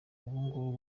ubungubu